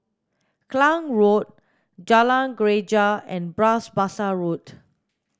Klang Road Jalan Greja and Bras Basah Road